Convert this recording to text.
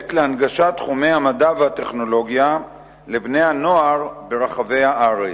פרויקט להנגשת תחומי המדע והטכנולוגיה לבני-הנוער ברחבי הארץ.